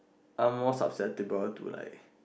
are more susceptible to like